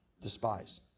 despise